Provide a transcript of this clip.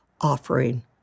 offering